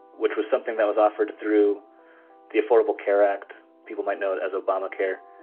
which was something that was offered through the affordable care act. people might know it as obamacare.